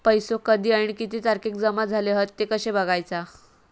पैसो कधी आणि किती तारखेक जमा झाले हत ते कशे बगायचा?